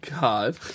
God